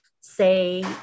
say